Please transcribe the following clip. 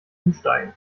umsteigen